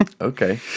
Okay